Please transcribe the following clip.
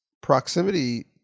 proximity